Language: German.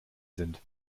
sind